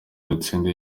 dutsinde